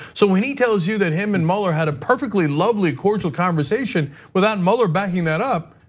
so when he tells you that him and mueller had a perfectly, lovely, cordial conversation without mueller backing that up,